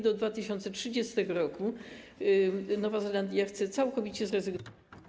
Do 2030 r. Nowa Zelandia chce całkowicie zrezygnować.